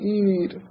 eat